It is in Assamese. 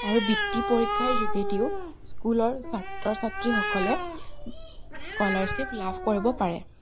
আৰু বৃত্তি পৰীক্ষাৰ যোগেদিও স্কুলৰ ছাত্ৰ ছাত্ৰীসকলে স্ক'লাৰশ্বিপ লাভ কৰিব পাৰে